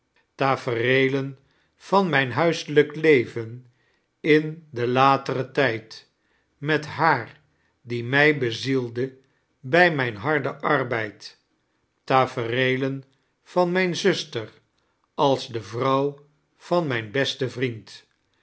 tafereelem van mijn hudselijik leven in den lateren tijd met haar die mij bezieude bij mijn harden arbeid tafereelen van mijne zuster als de vrouw van mijn besten vriend